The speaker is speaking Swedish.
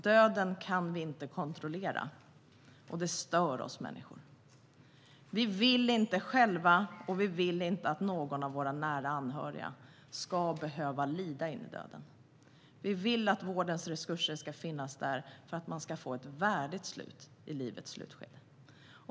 Döden kan vi inte kontrollera, och det stör oss människor. Vi vill inte att vi själva eller någon av våra nära anhöriga ska behöva lida in i döden. Vi vill att vårdens resurser ska finnas där så att man får ett värdigt slut i livets slutskede.